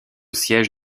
siège